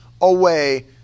away